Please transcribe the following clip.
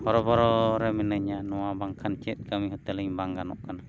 ᱦᱚᱨᱚ ᱵᱚᱨᱚ ᱨᱮ ᱢᱤᱱᱟᱹᱧᱟ ᱱᱚᱣᱟ ᱵᱟᱝᱠᱷᱟᱱ ᱪᱮᱫ ᱠᱟᱹᱢᱤ ᱦᱚᱸ ᱛᱟᱹᱞᱤᱧ ᱵᱟᱝ ᱜᱟᱱᱚᱜ ᱠᱟᱱᱟ